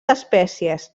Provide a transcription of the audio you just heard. espècies